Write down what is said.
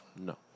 No